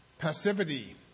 passivity